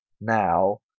now